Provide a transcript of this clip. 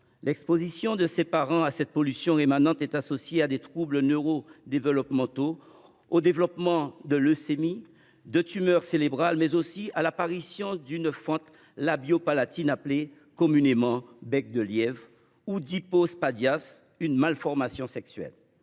L’exposition des parents à cette pollution rémanente est associée chez l’enfant à des troubles neurodéveloppementaux, au développement de leucémies et de tumeurs cérébrales, mais aussi à l’apparition d’une fente labio palatine, appelée communément bec de lièvre, ou d’un hypospadias, une malformation sexuelle.